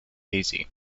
hazy